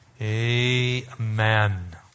amen